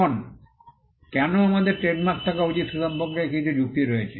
এখন কেন আমাদের ট্রেডমার্ক থাকা উচিত সে সম্পর্কে কিছু যুক্তি রয়েছে